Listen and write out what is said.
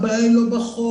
הבעיה היא לא בחוק,